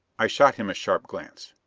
i shot him a sharp glance.